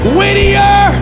Whittier